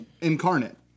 incarnate